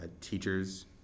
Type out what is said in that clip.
teachers